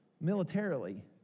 militarily